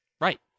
right